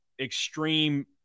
extreme